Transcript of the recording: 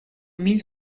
mille